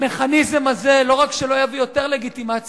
המכניזם הזה לא רק שלא יביא יותר לגיטימציה,